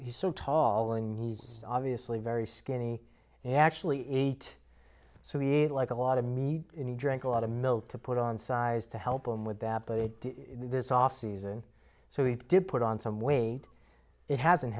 he's so tall and he's obviously very skinny and actually eight so he ate like a lot of meat and he drank a lot of milk to put on size to help him with that but it did this offseason so he did put on some weight it hasn't